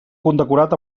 condecorat